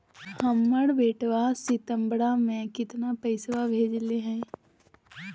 हमर बेटवा सितंबरा में कितना पैसवा भेजले हई?